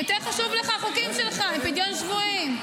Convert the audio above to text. יותר נכון לך החוקים שלך מפדיון שבויים.